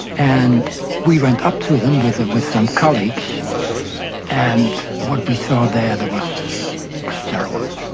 and we went up to them with ah with some colleagues and what we saw there there was terrible.